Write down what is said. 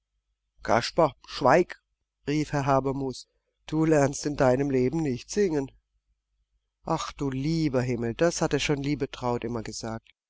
kasper schweig rief herr habermus du lernst in deinem leben nicht singen ach du lieber himmel das hatte schon liebetraut immer gesagt